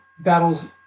battles